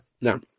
Now